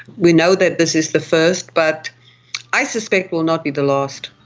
we know that this is the first, but i suspect will not be the last.